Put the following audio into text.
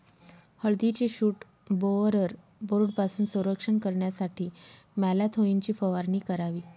हळदीचे shoot borer बोर्डपासून संरक्षण करण्यासाठी मॅलाथोईनची फवारणी करावी